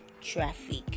traffic